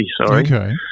Okay